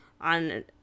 on